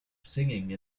singing